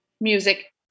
music